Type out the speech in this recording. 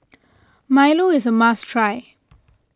Milo is a must try